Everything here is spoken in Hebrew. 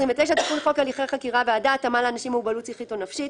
תיקון חוק הליכי חקירה והעדה (התאמה לאנשים עם מוגבלות שכלית או נפשית)